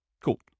Cool